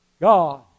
God